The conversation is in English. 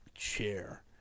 Chair